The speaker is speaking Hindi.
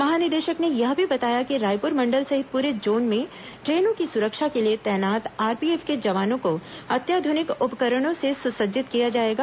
महानिदेशक ने यह भी बताया कि रायपुर मंडल सहित पूरे जोन में ट्रेनों की सुरक्षा के लिए तैनात आरपीएफ के जवानों को अत्याधुनिक उपकरणों से सुसज्जित किया जाएगा